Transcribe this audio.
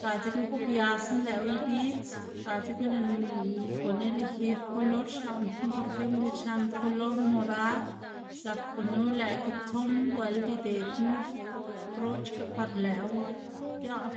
ga dzekna gubiasná lëꞌwu ibidz ga dzekna lëꞌná guꞌnn elegir kolor xlaꞌndná, por ejemplo diꞌtse xlaꞌndná kolor morad zak gunu lëꞌka tson bueld idedná brochga par lëꞌwu giaꞌn.